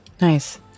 nice